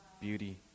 beauty